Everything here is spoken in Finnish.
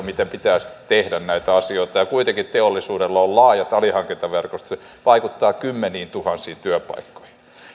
miten pitäisi tehdä näitä asioita ei ole niin yksinkertainen asia ja kuitenkin teollisuudella on laajat alihankintaverkostot ja se vaikuttaa kymmeniintuhansiin työpaikkoihin